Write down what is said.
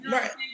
Right